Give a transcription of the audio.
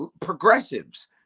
progressives